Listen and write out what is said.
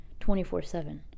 24-7